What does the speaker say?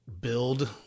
build